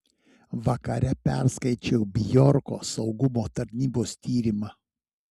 vakare perskaičiau bjorko saugumo tarnybos tyrimą